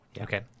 okay